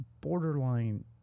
borderline